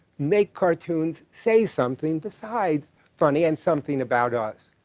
make cartoons say something besides funny and something about us.